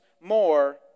more